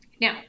Now